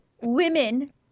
women